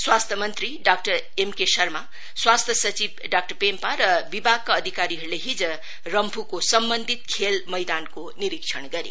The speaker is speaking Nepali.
स्वास्थ्य मंत्री डाक्टर एमके शर्मा स्वास्थ्य सचिव डाक्टर पेम्पा र विभागका अधिकारीहरुले हिज रम्फुको सम्बन्धित खेल मैदानको निरीक्षण गरे